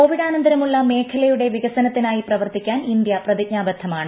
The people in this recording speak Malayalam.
കോവിഡാനന്തരമുള്ളൂ മേഖലയുടെ വികസനത്തിനായി പ്രവർത്തിക്കാൻ ഇത്തൃപ്പ്തിജ്ഞാബദ്ധമാണ്